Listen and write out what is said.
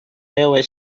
railway